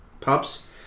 pubs